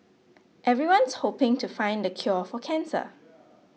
everyone's hoping to find the cure for cancer